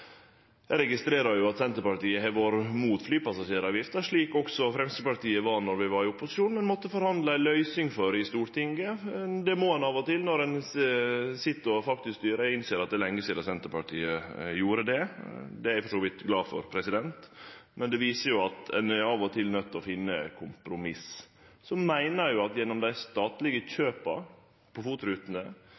Eg registrerer at Senterpartiet har vore mot flypassasjeravgifta – slik også Framstegspartiet var då vi var i opposisjon – men måtte forhandle om ei løysing i Stortinget. Det må ein av og til når ein sit og styrer. Eg innser at det er lenge sidan Senterpartiet gjorde det – det er eg for så vidt glad for – men det viser jo at ein av og til er nøydd til å finne kompromiss. Eg meiner at gjennom dei statlege kjøpa